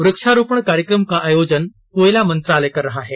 वक्षारोपण कार्यक्रम का आयोजन कोयला मंत्रालय कर रहा है